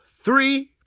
three